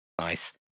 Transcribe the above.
Nice